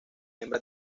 hembra